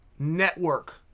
Network